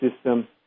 system